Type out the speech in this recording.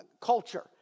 culture